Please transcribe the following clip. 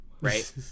right